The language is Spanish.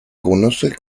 conoce